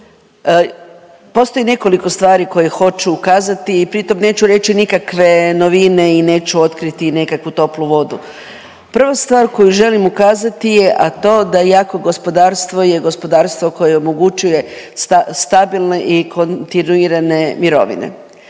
postoji nekoliko stvari koje hoću ukazati i pritom neću reći nikakve novine i neću otkriti nekakvu toplu vodu. Prva stvar koju želim ukazati je, a to da jako gospodarstvo je gospodarstvo koje omogućuje stabilne i kontinuirane mirovine.